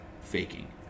faking